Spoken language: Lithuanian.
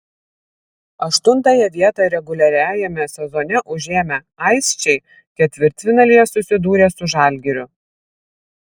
aštuntąją vietą reguliariajame sezone užėmę aisčiai ketvirtfinalyje susidūrė su žalgiriu